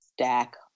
stack